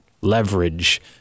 Leverage